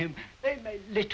him they